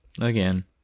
Again